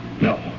No